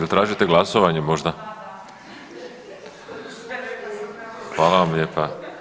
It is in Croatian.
Jel' tražite glasovanje možda? … [[Upadica se ne razumije.]] Hvala vam lijepa.